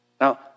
Now